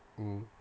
mmhmm